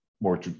more